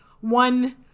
one